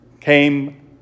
came